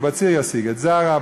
ובציר ישיג את זרע,